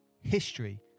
history